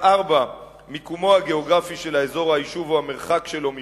4. מקומו הגיאוגרפי של האזור או היישוב,